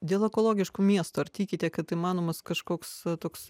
dėl ekologiškų miestų ar tikite kad įmanomas kažkoks toks